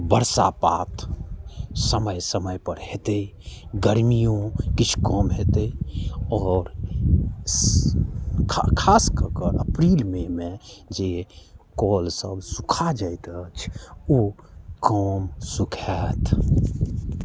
बरसा पात समय समयपर हेतै गर्मिओ किछु कम हेतै आओर खास कऽ कऽ अप्रिल मइमे जे कऽल सब सुखा जाइत अछि ओ कम सुखाएत